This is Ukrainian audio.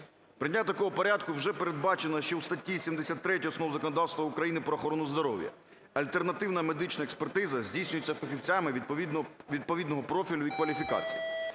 Прийняття такого порядку вже передбачено ще у статті 73 Основ законодавства України про охорону здоров'я. Альтернативна медична експертиза здійснюється фахівцями відповідного профілю і кваліфікації.